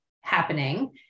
happening